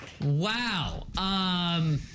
Wow